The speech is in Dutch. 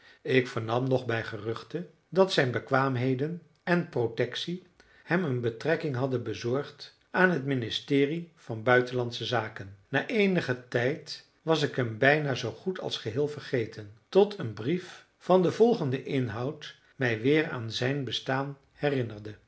ik vernam nog bij geruchte dat zijn bekwaamheden en protectie hem een betrekking hadden bezorgd aan het ministerie van buitenlandsche zaken na eenigen tijd was ik hem bijna zoo goed als geheel vergeten tot een brief van den volgenden inhoud mij weer aan zijn bestaan herinnerde